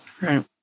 right